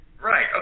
Right